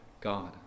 God